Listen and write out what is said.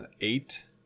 eight